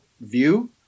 view